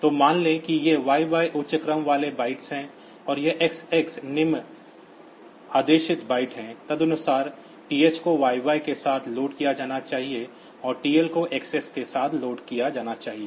तो मान लें कि ये YY उच्च क्रम वाले बाइट्स हैं और यह XX निम्न आदेशित बाइट हैं तदनुसार TH को YY के साथ लोड किया जाना चाहिए और TL को XX के साथ लोड किया जाना चाहिए